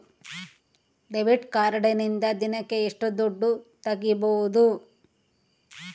Debit ಕಾರ್ಡಿನಿಂದ ದಿನಕ್ಕ ಎಷ್ಟು ದುಡ್ಡು ತಗಿಬಹುದು?